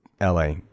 LA